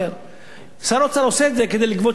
שר האוצר עושה את זה כדי לגבות 3 מיליארד שקל.